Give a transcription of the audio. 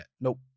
Nope